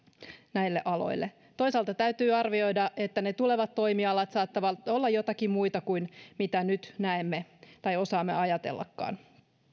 näille aloille toisaalta täytyy arvioida että ne tulevat toimialat saattavat olla joitakin muita kuin mitä nyt näemme tai osaamme ajatellakaan